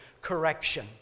correction